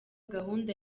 gahunda